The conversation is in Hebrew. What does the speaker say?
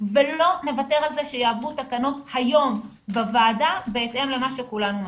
ולא נוותר על זה שיעברו תקנות היום בוועדה בהתאם למה שכולנו מסכימים.